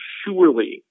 surely